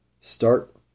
Start